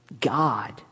God